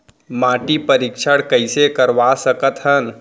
माटी परीक्षण कइसे करवा सकत हन?